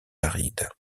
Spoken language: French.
arides